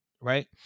Right